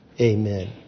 Amen